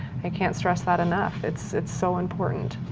and can't stress that enough. it's it's so important.